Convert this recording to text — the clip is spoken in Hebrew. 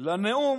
לנאום